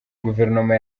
guverinoma